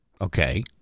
Okay